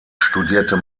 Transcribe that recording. studierte